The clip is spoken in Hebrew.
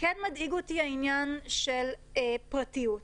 כן מדאיג אותי העניין של פרטיות.